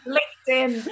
LinkedIn